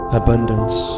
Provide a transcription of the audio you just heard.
abundance